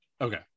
Okay